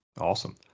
Awesome